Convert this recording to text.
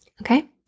Okay